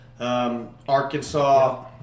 Arkansas